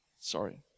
Sorry